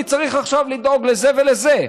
אני צריך עכשיו לדאוג לזה ולזה.